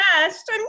best